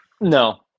No